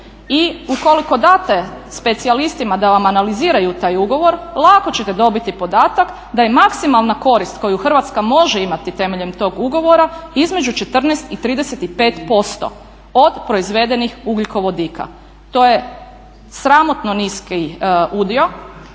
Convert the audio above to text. I ukoliko date specijalistima da vam analiziraju taj ugovor, lako ćete dobiti podatak da je maksimalna korist koju Hrvatska može imati temeljem tog ugovora između 14 i 35% od proizvedenih ugljikovodika. To je sramotno nisi udio,